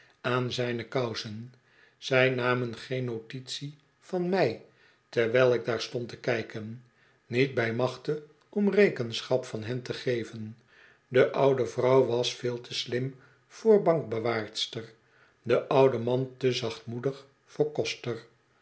aan zijne kousen zij namen geen notitie van mij terwijl ik daar stond te kijken niet bij machte om rekenschap van hen te geven de oude vrouw was veel te slim voor bankbewaarster de oude man te zachtmoedig voor koster